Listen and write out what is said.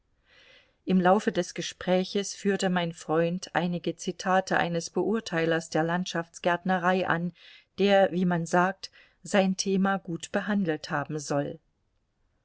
im laufe des gespräches führte mein freund einige zitate eines beurteilers der landschaftsgärtnerei an der wie man sagt sein thema gut behandelt haben soll